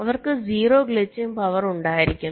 അവർക്ക് 0 glitching power ഉണ്ടായിരിക്കും